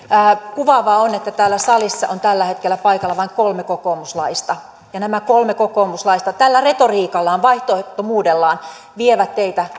kuvaavaa on että täällä salissa on tällä hetkellä paikalla vain kolme kokoomuslaista ja nämä kolme kokoomuslaista tällä retoriikallaan vaihtoehdottomuudellaan vievät teitä